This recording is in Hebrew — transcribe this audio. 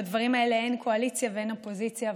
בדברים האלה אין קואליציה ואין אופוזיציה,